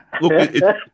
Look